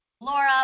Laura